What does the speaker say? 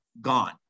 gone